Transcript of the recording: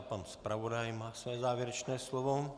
Pan zpravodaj má své závěrečné slovo.